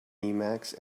emacs